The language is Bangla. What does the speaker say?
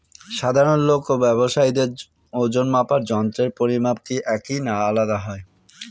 সাধারণ লোক ও ব্যাবসায়ীদের ওজনমাপার যন্ত্রের পরিমাপ কি একই না আলাদা হয়?